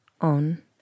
on